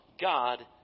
God